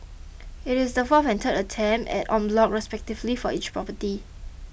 it is the fourth and third attempt at en bloc respectively for each property